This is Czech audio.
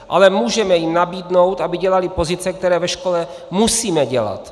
Ale můžeme jim nabídnout, aby dělali pozice, které ve škole musíme dělat.